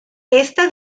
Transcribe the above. esta